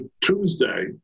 Tuesday